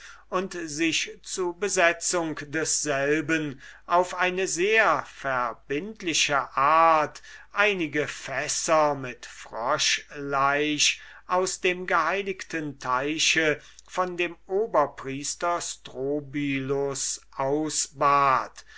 und sich zu besetzung desselben auf eine sehr verbindliche art einige fässer mit froschlaich aus dem geheiligten teiche von dem oberpriester strobylus ausbat